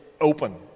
open